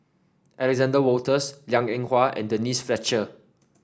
Alexander Wolters Liang Eng Hwa and Denise Fletcher